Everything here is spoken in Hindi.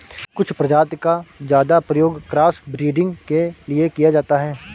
कुछ प्रजाति का ज्यादा प्रयोग क्रॉस ब्रीडिंग के लिए किया जाता है